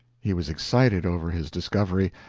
he was excited over his discovery,